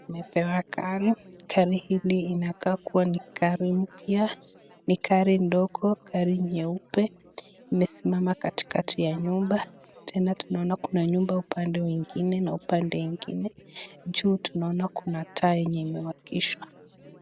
Tumepewa gari hili inakaa kuwa ni gari mpya ni gari ndogo gari nyeupe mis katikati ya nyumba tena tunaona Kuna nyumba ilikuwa upande mwingine na upande ingine juu tunaona Kuna taa yenye imeakishwa.